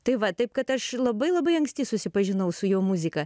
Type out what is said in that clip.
tai va taip kad aš labai labai anksti susipažinau su jo muzika